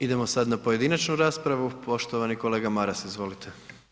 Idemo sada na pojedinačnu raspravu, poštovani kolega Maras, izvolite.